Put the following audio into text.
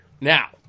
Now